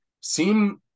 seem